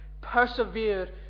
persevere